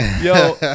Yo